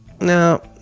No